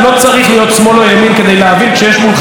לא צריך להיות שמאל או ימין כדי להבין שכשיש מולך